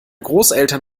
großeltern